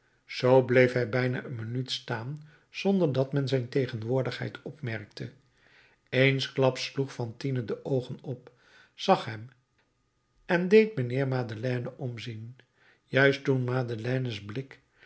zoo bleef hij bijna een minuut staan zonder dat men zijn tegenwoordigheid opmerkte eenklaps sloeg fantine de oogen op zag hem en deed mijnheer madeleine omzien juist toen madeleine's blik